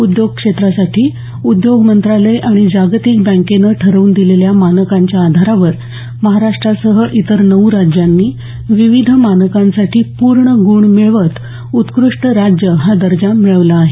उद्योग क्षेत्रासाठी उद्योग मंत्रालय आणि जागतिक बँकेनं ठरवून दिलेल्या मानकांच्या आधारावर महाराष्ट्रासह इतर नऊ राज्यांनी विविध मानकांसाठी पूर्ण गुण मिळवत उत्कृष्ट राज्य हा दर्जा मिळवला आहे